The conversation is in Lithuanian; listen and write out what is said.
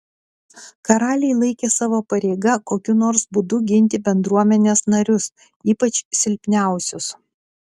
karaliai laikė savo pareiga kokiu nors būdu ginti bendruomenės narius ypač silpniausius